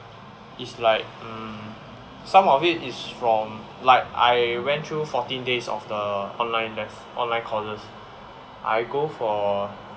is like um some of it is from like I went through fourteen days of the online there's online courses I go for